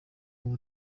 wowe